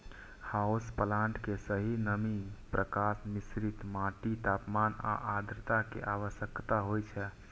house plant कें सही नमी, प्रकाश, मिश्रित माटि, तापमान आ आद्रता के आवश्यकता होइ छै